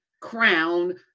crown